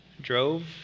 drove